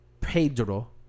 Pedro